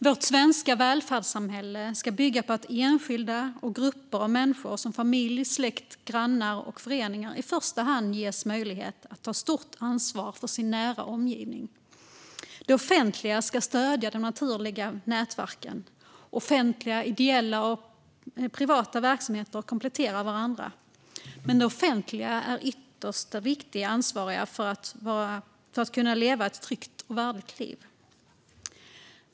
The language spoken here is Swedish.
Vårt svenska välfärdssamhälle ska i första hand bygga på att enskilda och grupper av människor, som familj, släkt, grannar och föreningar, ges möjlighet att ta stort ansvar för sin nära omgivning. Det offentliga ska stödja de naturliga nätverken. Offentliga, ideella och privata verksamheter kompletterar varandra. Men det offentliga är ytterst ansvarigt för att man ska kunna leva ett tryggt och värdigt liv.